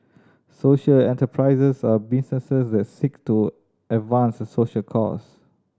social enterprises are businesses that seek to advance a social cause